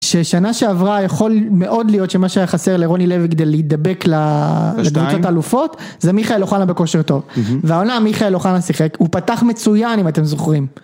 ששנה שעברה יכול מאוד להיות שמה שהיה חסר לרוני לוי כדי להידבק לקבוצות האלופות זה מיכאל אוחנה בכושר טוב. והעונה מיכאל אוחנה שיחק, הוא פתח מצוין אם אתם זוכרים